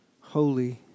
holy